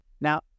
Now